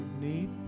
need